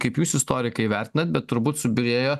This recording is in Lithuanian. kaip jūs istorikai vertinat bet turbūt subyrėjo